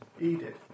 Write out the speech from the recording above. Edith